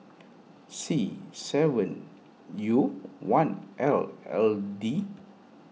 C seven U one L L D